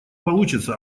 получится